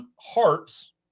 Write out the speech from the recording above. hearts